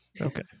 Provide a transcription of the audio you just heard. okay